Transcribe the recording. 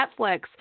Netflix